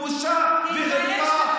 בושה וחרפה.